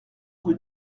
rue